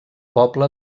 poble